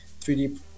3D